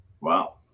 Wow